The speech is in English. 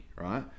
right